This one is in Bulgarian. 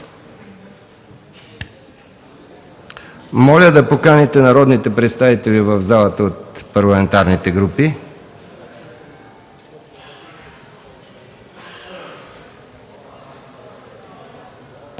Моля да поканите народните представители от парламентарните групи